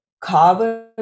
carbon